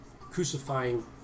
crucifying